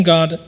God